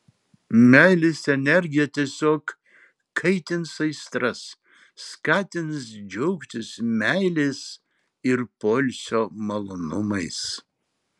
meilės energija tiesiog kaitins aistras skatins džiaugtis meilės ir poilsio malonumais